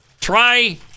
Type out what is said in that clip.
Try